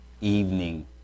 evening